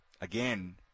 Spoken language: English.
again